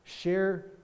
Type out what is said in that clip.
Share